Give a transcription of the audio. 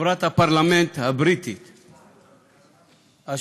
חברת הפרלמנט הבריטי השבוע,